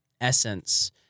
essence